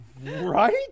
Right